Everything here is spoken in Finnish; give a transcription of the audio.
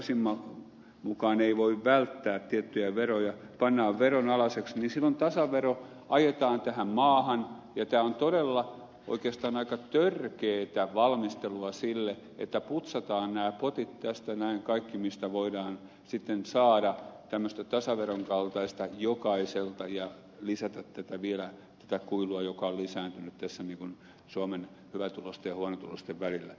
sasin mukaan ei voi välttää tiettyjä veroja pannaan veronalaiseksi niin silloin tasavero ajetaan tähän maahan ja tämä on todella oikeastaan aika törkeätä valmistelua sille että putsataan nämä potit tästä näin kaikki mistä voidaan sitten saada tämmöistä tasaveron kaltaista jokaiselta ja lisätä vielä tätä kuilua joka on lisääntynyt tässä suomen hyvätuloisten ja huonotuloisten välillä